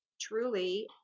truly